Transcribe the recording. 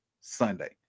Sunday